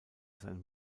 seinem